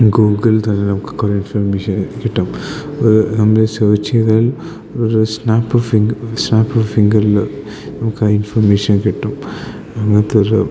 Google തന്നെ നമുക്ക് കുറെ ഇൻഫോർമേഷൻ കിട്ടും അത് നമ്മൾ സെർച്ച് ചെയ്താൽ ഒരു സ്നാപ്പ് ഫിഗ് സ്നാപ്പ് ഫിംഗറിൽ നമുക്ക് ആ ഇൻഫർമേഷൻ കിട്ടും അങ്ങനത്തൊരു